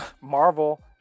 Marvel